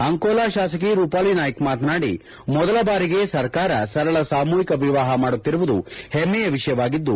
ಅಂಕೋಲಾ ಶಾಸಕಿ ರೂಪಾಲಿ ನಾಯ್ನ ಮಾತನಾಡಿ ಮೊದಲ ಬಾರಿಗೆ ಸರಕಾರ ಸರಳ ಸಾಮೂಹಿಕ ವಿವಾಹ ಮಾಡುತ್ತಿರುವುದು ಹೆಮ್ನೆಯ ವಿಷಯವಾಗಿದ್ದು